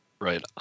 Right